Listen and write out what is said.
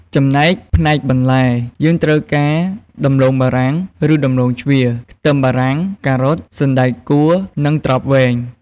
ចំណែកផ្នែកបន្លែយើងត្រូវការ ដំឡូងបារាំង ឬដំឡូងជ្វា ខ្ទឹមបារាំង ការ៉ុត សណ្តែកកួរ និងត្រប់វែង។